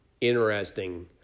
interesting